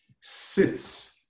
sits